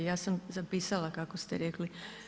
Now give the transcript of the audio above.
Ja sam zapisala kako ste rekli.